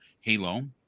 Halo